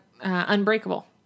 Unbreakable